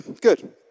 good